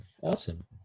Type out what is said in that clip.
Awesome